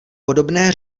podobné